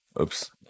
oops